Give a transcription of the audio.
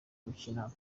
gukina